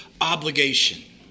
obligation